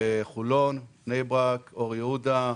בחולון, בני-ברק, אור-יהודה,